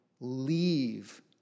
leave